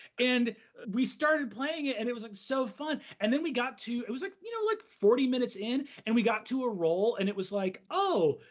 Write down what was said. and we started playing it, and it was like so fun. and then we got to, it was like you know like forty minutes in, and we got to a roll and it was like, oh,